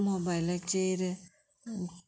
मोबायलाचेर